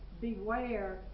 beware